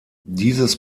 dieses